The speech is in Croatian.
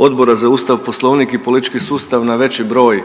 Odbora za Ustav, poslovnik i politički sustav na veći broj